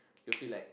you'll feel like